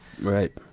Right